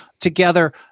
together